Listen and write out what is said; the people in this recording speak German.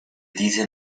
diese